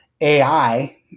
AI